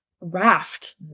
raft